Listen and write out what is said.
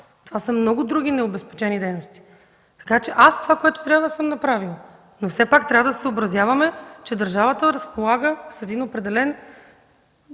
това са много други необезпечени дейности. Това, което трябва съм направила, но все пак трябва да се съобразяваме, че държавата разполага с един определен